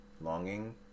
longing